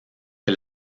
que